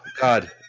God